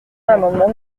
l’amendement